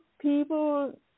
people